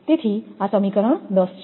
તેથી આ સમીકરણ 10 છે